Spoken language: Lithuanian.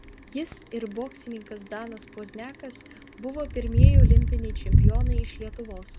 jis ir boksininkas danas pozniakas buvo pirmieji olimpiniai čempionai iš lietuvos